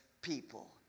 people